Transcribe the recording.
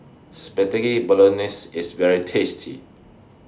Spaghetti Bolognese IS very tasty